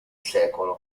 sec